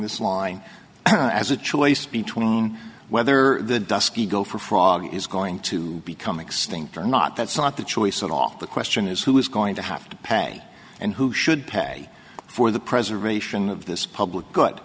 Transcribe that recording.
this line as a choice between whether the dusky go for frog is going to become extinct or not that's not the choice at all the question is who is going to have to pay and who should pay for the preservation of this public good